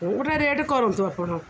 ଗୋଟେ ରେଟ୍ କରନ୍ତୁ ଆପଣ